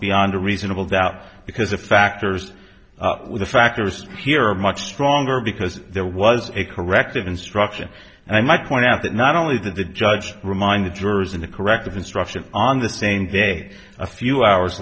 beyond a reasonable doubt because the factors with the factors here are much stronger because there was a corrective instruction and i might point out that not only did the judge remind the jurors in a corrective instruction on the same day a few hours